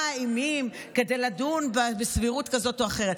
האימים כדי לדון בסבירות כזאת או אחרת,